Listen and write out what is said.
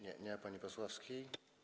Nie, nie ma pani Pasławskiej.